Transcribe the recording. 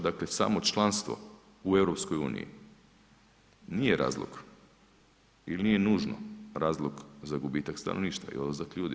Dakle samo članstvo u EU nije razlog ili nije nužno razlog za gubitak stanovništva i odlazak ljudi.